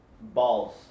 balls